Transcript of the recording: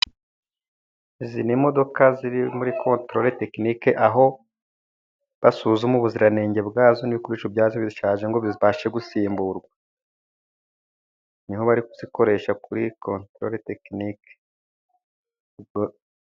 Izi ni imodoka ziri muri kontorore tekinike aho basuzuma ubuziranenge bwazo n'ibikoresho byazo bishaje ngo bibashe gusimburwa. Nho bari bari kuzikoresha kuri kontorore tekiniki.